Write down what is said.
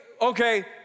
Okay